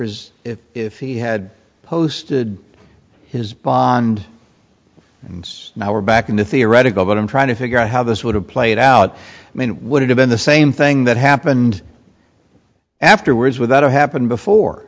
prisoners if he had posted his bond and now we're back in the theoretical but i'm trying to figure out how this would have played out i mean would it have been the same thing that happened afterwards with that happened before